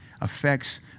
affects